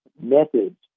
methods